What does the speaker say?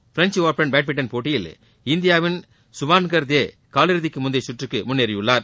French open badminton போட்டியில் இந்தியாவின் சுபான்கர் தே காலிறுதிக்கு முந்தைய சுற்றுக்கு முன்னேறியுள்ளார்